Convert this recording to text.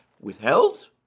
withheld